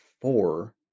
four